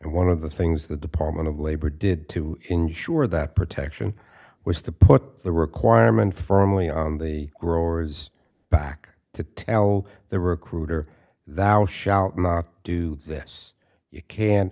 and one of the things the department of labor did to ensure that protection was to put the requirements firmly on the growers back to tell the recruiter that all shall not do this you can